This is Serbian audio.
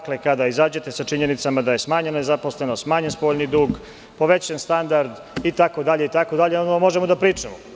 Kada izađete sa činjenicama da je smanjena zaposlenost, smanjen spoljni dug, povećan standard itd, onda možemo da pričamo.